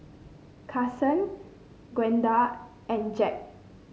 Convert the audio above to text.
Kasen Gwenda and Jacque